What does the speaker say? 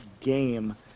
game